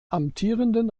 amtierenden